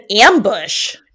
ambush